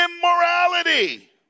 immorality